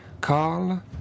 carl